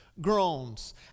Groans